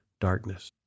darkness